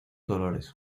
dolores